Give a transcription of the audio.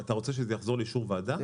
אתה רוצה שזה יחזור לאישור ועדה?